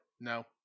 No